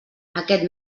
aquest